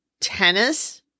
Tennis